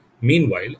Meanwhile